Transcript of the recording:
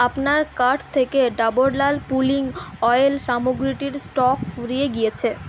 আপনার কার্ট থেকে Dabur Lal pulling oil সামগ্রীটির স্টক ফুরিয়ে গিয়েছে